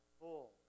full